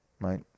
Right